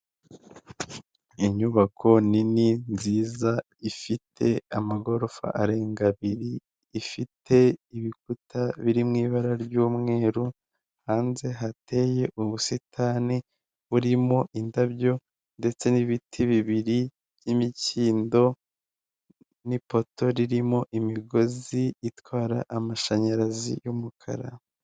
Mu karere ka Muhanga habereyemo irushanwa ry'amagare riba buri mwaka rikabera mu gihugu cy'u Rwanda, babahagaritse ku mpande kugira ngo hataba impanuka ndetse n'abari mu irushanwa babashe gusiganwa nta nkomyi.